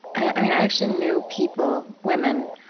i actually knew people, women,